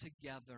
together